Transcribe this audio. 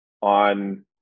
on